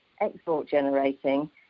export-generating